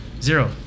Zero